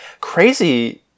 Crazy